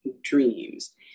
dreams